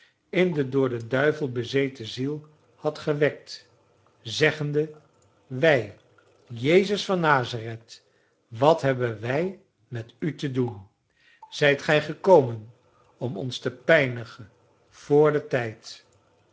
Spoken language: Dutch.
in de door den duivel bezeten ziel had gewekt zeggende wij jezus van nazareth wat hebben wij met u te doen zijt gij gekomen om ons te pijnigen vr den tijd